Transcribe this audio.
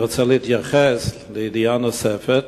אני רוצה להתייחס לידיעה נוספת,